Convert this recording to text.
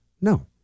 No